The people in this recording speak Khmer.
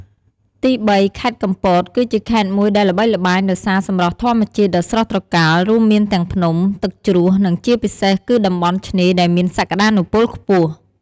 ទីបី ខេត្តកំពត គឺជាខេត្តមួយដែលល្បីល្បាញដោយសារសម្រស់ធម្មជាតិដ៏ស្រស់ត្រកាល រួមមានទាំងភ្នំ ទឹកជ្រោះ និងជាពិសេសគឺតំបន់ឆ្នេរដែលមានសក្ដានុពលខ្ពស់។